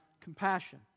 compassion